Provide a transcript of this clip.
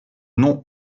nom